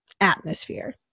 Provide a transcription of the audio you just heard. atmosphere